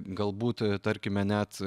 galbūt tarkime net